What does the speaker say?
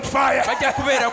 fire